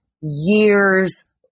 years